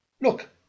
Look